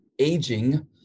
Aging